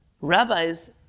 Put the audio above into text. rabbis